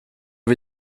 wir